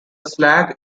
slag